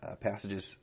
passages